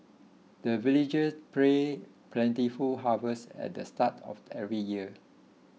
the villagers pray plentiful harvest at the start of every year